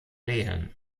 lehen